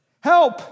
help